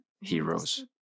heroes